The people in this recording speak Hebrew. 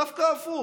דווקא הפוך.